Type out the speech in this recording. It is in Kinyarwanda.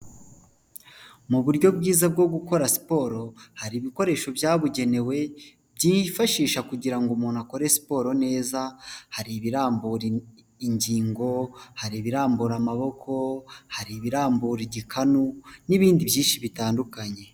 Mu buryo bwiza bwo gukora siporo, hari ibikoresho byabugenewe byifashisha kugira ngo umuntu akore siporo neza, hari ibirambura ingingo, hari ibirambura amaboko, hari ibirambura igikanu n'ibindi byinshi bitandukanye.